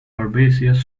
herbaceous